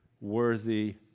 worthy